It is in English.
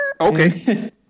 Okay